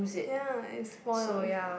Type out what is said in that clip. ya it spoils it's like